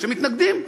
שמתנגדים,